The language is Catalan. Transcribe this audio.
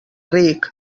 ric